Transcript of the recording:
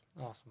Awesome